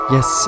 Yes